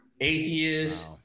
atheists